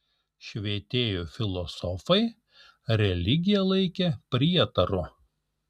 švietėjų filosofai religiją laikė prietaru